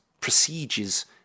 procedures